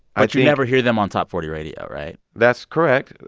but you never hear them on top forty radio, right? that's correct.